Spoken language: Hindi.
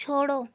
छोड़ो